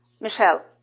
Michelle